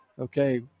Okay